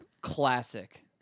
Classic